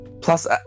Plus